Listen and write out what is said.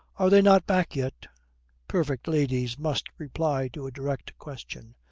are they not back yet perfect ladies must reply to a direct question.